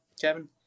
Kevin